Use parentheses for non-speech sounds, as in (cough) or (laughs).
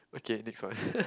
okay next one (laughs)